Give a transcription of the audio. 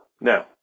No